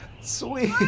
sweet